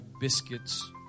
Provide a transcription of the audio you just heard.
biscuits